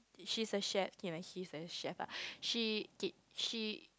she's a chef K he's the chef lah she K she